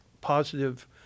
positive